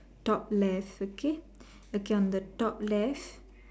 top left okay okay on the top left